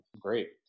Great